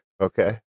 okay